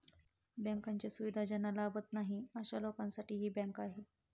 बँकांच्या सुविधा ज्यांना लाभत नाही अशा लोकांसाठी ही बँक आहे